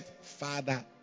father